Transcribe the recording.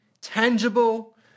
tangible